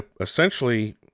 essentially